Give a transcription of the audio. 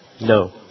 No